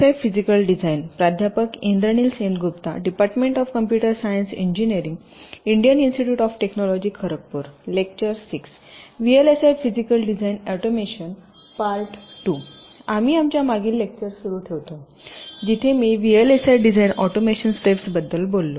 आम्ही आमच्या मागील लेक्चरला सुरू ठेवतो जिथे मी व्हीएलएसआय डिझाइन ऑटोमॅशन स्टेप्स बद्दल बोललो